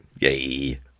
Yay